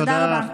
תודה רבה.